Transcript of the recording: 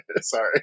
Sorry